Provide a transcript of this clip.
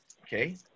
Okay